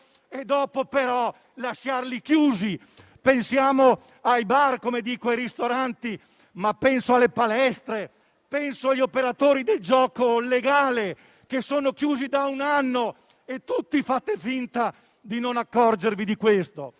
e dopo, però, lasciarli chiusi. Pensiamo ai bar, ai ristoranti, alle palestre, agli operatori del gioco legale, che sono chiusi da un anno. Tutti fate finta di non accorgervi di questo.